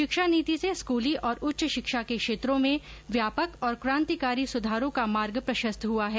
शिक्षा नीति से स्कूली और उच्च शिक्षा के क्षेत्रों में व्यापक और क्रांतिकारी सुधारों का मार्ग प्रशस्त हुआ है